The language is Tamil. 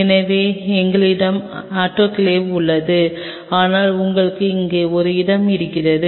எனவே எங்களிடம் ஆட்டோகிளேவ் உள்ளது ஆனால் உங்களுக்கு அங்கே ஒரு இடம் இருக்கிறது